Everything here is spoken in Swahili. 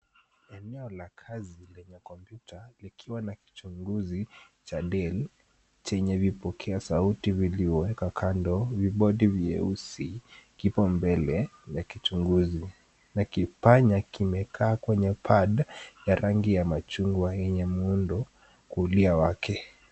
Eneo la kazi lenye komputa likiwa na kichunguzi cha Dell chenye vipokea sauti vilivyowekwa kando, vibodi vyeusi kipo mbele la kichunguzi na kipanya kimekaa kwenye pad ya rangi ya machungwa yenye muundo kulia wake.